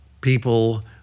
people